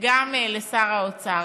וגם לשר האוצר.